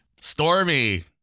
Stormy